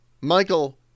Michael